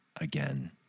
again